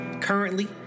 Currently